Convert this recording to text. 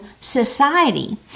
society